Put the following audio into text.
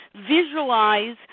visualize